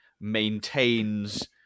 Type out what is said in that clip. maintains